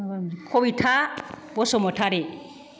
Kabita Basumatary